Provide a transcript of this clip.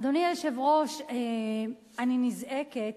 אדוני היושב-ראש, אני נזעקת